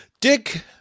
Dick